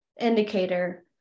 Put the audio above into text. indicator